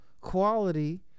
quality